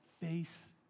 face